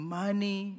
money